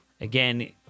Again